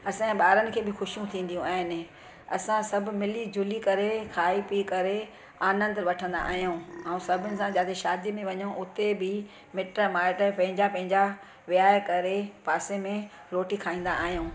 असांजे ॿारनि खे बि ख़ुशियूं थींदियूं आहिनि असां सब मिली झुली करे खाई पी करे आनंद वठंदा आहियूं ऐं सभिनि सां जिते शादी में वञूं हुते बि मिटु माइटु पंहिंजा पंहिंजा विहाए करे पासे में रोटी खाईंदा आहियूं